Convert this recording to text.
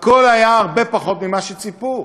הכול היה הרבה פחות ממה שציפו.